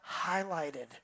highlighted